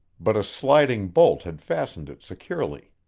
but a sliding bolt had fastened it securely.